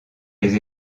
les